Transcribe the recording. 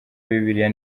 bibiliya